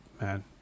man